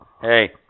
Hey